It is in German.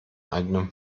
eigenen